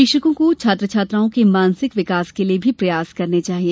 शिक्षकों को छात्र छात्राओं के मानसिक विकास के लिए भी प्रयास करना चाहिए